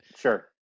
Sure